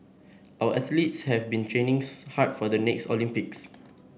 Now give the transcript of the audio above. our athletes have been training hard for the next Olympics